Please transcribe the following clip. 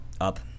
up